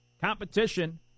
Competition